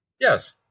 Yes